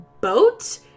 boat